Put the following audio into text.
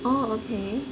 orh okay